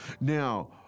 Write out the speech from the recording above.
Now